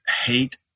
hate